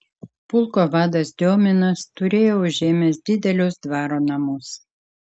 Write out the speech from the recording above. pulko vadas diominas turėjo užėmęs didelius dvaro namus